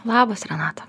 labas renata